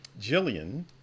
Jillian